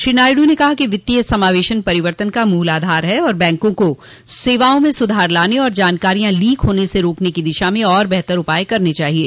श्री नायडू ने कहा कि वित्तीय समावेशन परिवर्तन का मूल आधार है और बैंकों को सेवाओं में सुधार लाने और जानकारियां लीक होने से रोकने की दिशा में और बेहतर उपाय करने चाहिये